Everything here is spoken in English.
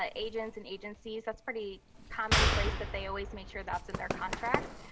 ah agents and agencies, that's pretty common place that they always make sure that's in their contracts.